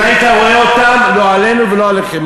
אם היית רואה אותם, לא עלינו ולא עליכם.